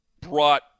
brought